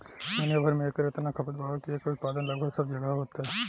दुनिया भर में एकर इतना खपत बावे की एकर उत्पादन लगभग सब जगहे होता